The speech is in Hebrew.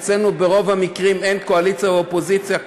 אצלנו ברוב המקרים אין קואליציה ואופוזיציה,